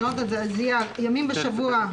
יהיה: "ימי עבודה"